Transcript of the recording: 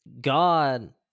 God